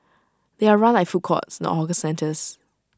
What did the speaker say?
they are run like food courts not hawker centres